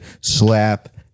slap